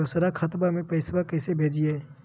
दोसर खतबा में पैसबा कैसे भेजिए?